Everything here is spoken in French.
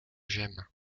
j’aime